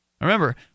Remember